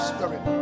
Spirit